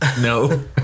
No